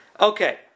Okay